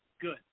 Good